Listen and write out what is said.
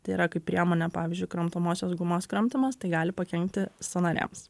tai yra kaip priemonė pavyzdžiui kramtomosios gumos kramtymas tai gali pakenkti sąnariams